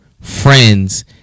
friends